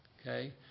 Okay